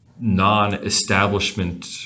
non-establishment